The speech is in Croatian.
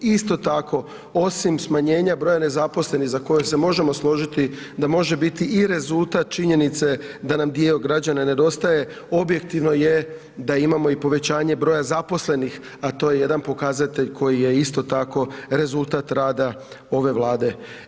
Isto tako osim smanjenja broja nezaposlenih za koje se možemo složiti da može biti i rezultat činjenice da nam dio građana nedostaje, objektivno je da imamo i povećanje broja zaposlenih, a to je jedan pokazatelj koji je isto tako rezultat rada ove vlade.